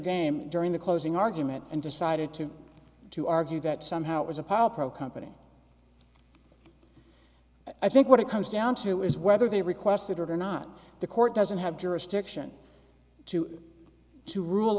game during the closing argument and decided to to argue that somehow it was a power pro company i think what it comes down to is whether they requested or not the court doesn't have jurisdiction to to rule